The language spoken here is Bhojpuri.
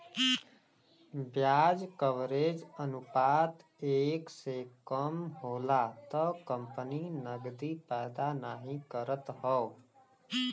ब्याज कवरेज अनुपात एक से कम होला त कंपनी नकदी पैदा नाहीं करत हौ